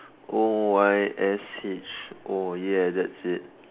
O I S H O ya that's it